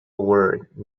word